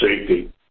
safety